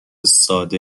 ساده